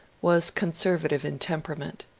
was conservative in temperament.